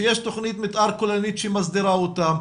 שיש תכנית מתאר כוללנית שמסדירה אותם,